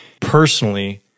personally